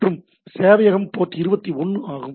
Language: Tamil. மற்றும் சேவையகம் போர்ட் 21 ஆகும்